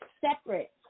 separate